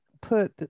put